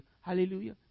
Hallelujah